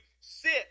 sit